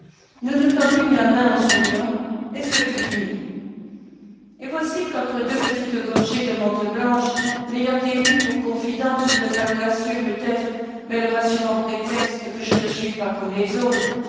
nous nous tendîmes la main en souriant et ce fut fini et voici qu'entre deux petites gorgées de menthe blanche m'ayant élu pour confident sous le fallacieux peut-être mais rassurant prétexte que je ne suis pas comme les autres